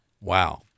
Wow